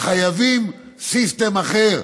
חייבים סיסטם אחר.